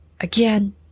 Again